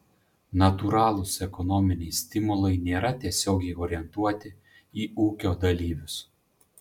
natūralūs ekonominiai stimulai nėra tiesiogiai orientuoti į ūkio dalyvius